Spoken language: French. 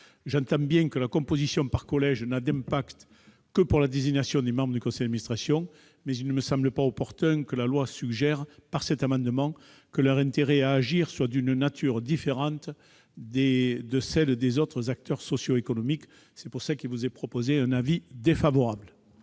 J'entends bien que la composition par collèges n'a d'incidence que sur la désignation des membres du conseil d'administration, mais il ne serait pas opportun que la loi suggère que leur intérêt à agir soit d'une nature différente de celle des autres acteurs socio-économiques. La commission a donc émis un avis défavorable.